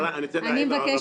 אני מבקשת.